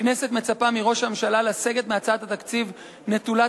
הכנסת מצפה מראש הממשלה לסגת מהצעת התקציב נטולת